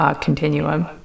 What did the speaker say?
continuum